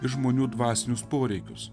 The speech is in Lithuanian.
ir žmonių dvasinius poreikius